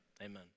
Amen